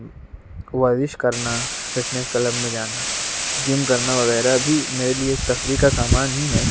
ورزش کرنا fitness club میں جانا جم کرنا وغیرہ بھی میرے لیے تفریح کا سامان ہی ہیں